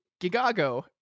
gigago